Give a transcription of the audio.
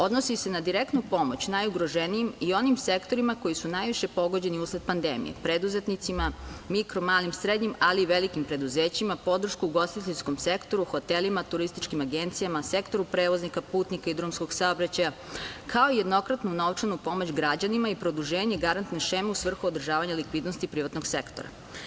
Odnosi se na direktnu pomoć najugroženijim i onim sektorima koji su najviše pogođeni usled pandemije, preduzetnicima, mikro, malim, srednjim ali i velikim preduzećima, podršku ugostiteljskom sektoru, hotelima, turističkim agencijama, sektoru prevoznika putnika i drumskog saobraćaja, kao i jednokratnu novčanu pomoć građanima i produženje garantne šeme u svrhu održavanja likvidnosti privatnog sektora.